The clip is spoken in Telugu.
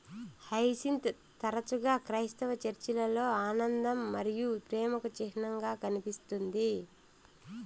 హైసింత్ తరచుగా క్రైస్తవ చర్చిలలో ఆనందం మరియు ప్రేమకు చిహ్నంగా కనిపిస్తుంది